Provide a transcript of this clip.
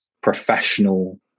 professional